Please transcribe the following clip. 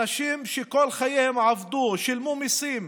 אנשים שכל חייהם עבדו, שילמו מיסים,